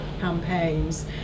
campaigns